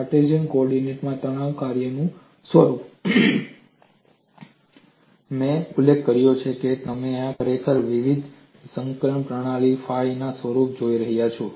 Cartesian coordinates માં તણાવ કાર્યનું સ્વરૂપ મેં ઉલ્લેખ કર્યો છે તેમ આપણે ખરેખર વિવિધ સંકલન પ્રણાલીમાં ફાઈ ના સ્વરૂપો જોઈ રહ્યા છીએ